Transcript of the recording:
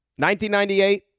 1998